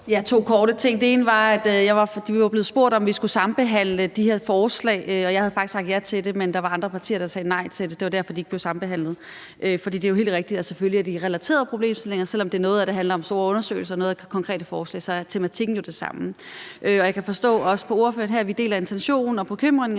sige to ting. Den ene vedrører, at vi blev spurgt, om vi skulle sambehandle de her forslag, og jeg havde faktisk sagt ja til det, men der var andre partier, der sagde nej til det, og det var derfor, de ikke blev sambehandlet. For det er jo helt rigtigt, at det selvfølgelig er relaterede problemstillinger; selv om noget af det handler om store undersøgelser og noget er konkrete forslag, så er tematikken jo den samme. Den anden er, at jeg også kan forstå på ordføreren her, at vi deler intentioner og bekymringer